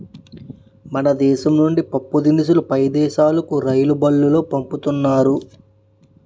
మన దేశం నుండి పప్పుదినుసులు పై దేశాలుకు రైలుబల్లులో పంపుతున్నారు